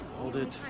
hold it,